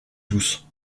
tous